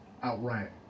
outright